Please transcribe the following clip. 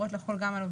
היום זה עלה.